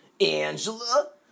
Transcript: Angela